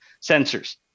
sensors